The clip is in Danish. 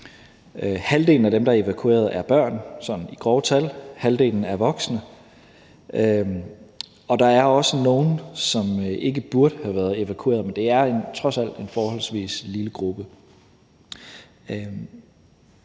Halvdelen af dem, der er evakueret, er børn – sådan i grove tal – halvdelen er voksne, og der er også nogle, som ikke burde være blevet evakueret, men det er trods alt en forholdsvis lille gruppe.